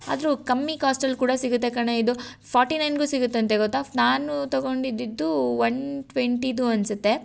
ಆದರೂ ಕಮ್ಮಿ ಕಾಸ್ಟಲ್ಲಿ ಕೂಡ ಸಿಗುತ್ತೆ ಕಣೇ ಇದು ಫೋರ್ಟಿ ನೈನಿಗು ಸಿಗುತ್ತಂತೆ ಗೊತ್ತಾ ನಾನು ತಗೊಂಡಿದ್ದು ಒನ್ ಟ್ವೆಂಟಿದು ಅನ್ಸುತ್ತೆ